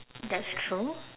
that's true